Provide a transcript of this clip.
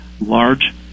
large